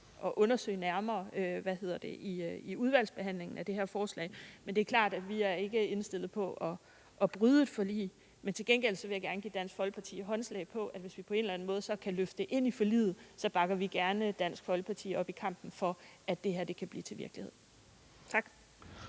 at undersøge nærmere i udvalgsbehandlingen af det her forslag, men det er klart, at vi ikke er indstillet på at bryde et forlig. Men til gengæld vil jeg gerne give Dansk Folkeparti håndslag på, at vi, hvis vi på en eller anden måde så kan løfte det ind i forliget, gerne bakker Dansk Folkeparti op i kampen for, at det her kan blive til virkelighed. Tak.